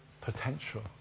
potential